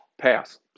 pass